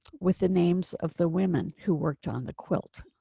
with the names of the women who worked on the quilt,